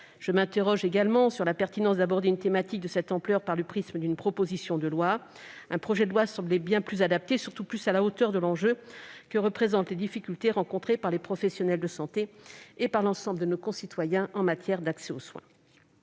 Je m'interroge également sur la pertinence d'aborder une thématique de cette ampleur par le prisme d'une proposition de loi. Un projet de loi semblait bien plus adapté et, surtout, davantage à la hauteur de l'enjeu que représentent les difficultés rencontrées par les professionnels de santé et l'ensemble de nos concitoyens en matière d'accès aux soins.